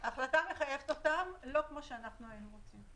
בוא נגיד את זה כך: ההחלטה מחייבת אותם לא כמו שהיינו רוצים.